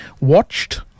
watched